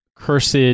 Cursed